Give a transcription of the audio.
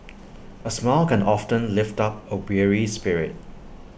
A smile can often lift up A weary spirit